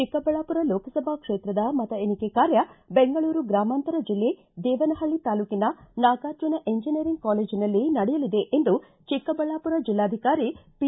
ಚಿಕ್ಕಬಳ್ಳಾಪುರ ಲೋಕಸಭಾ ಕ್ಷೇತ್ರದ ಮತ ಎಣಿಕೆ ಕಾರ್ಯ ಬೆಂಗಳೂರು ಗ್ರಾಮಾಂತರ ಜಿಲ್ಲೆ ದೇವನಹಳ್ಳಿ ತಾಲ್ಲೂಕಿನ ನಾಗಾರ್ಜುನ ಎಂಜನಿಯರಿಂಗ್ ಕಾಲೇಜಿನಲ್ಲಿ ನಡೆಯಲಿದೆ ಎಂದು ಚಿಕ್ಕಬಳ್ಳಾಪುರ ಜೆಲ್ಲಾಧಿಕಾರಿ ಪಿ